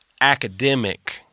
academic